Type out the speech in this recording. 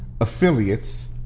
affiliates